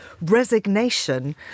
resignation